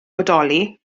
bodoli